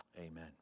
amen